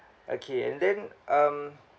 okay and then um